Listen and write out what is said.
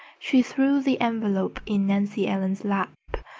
she threw the envelope in nancy ellen's lap.